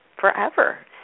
forever